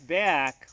back